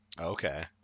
okay